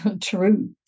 truth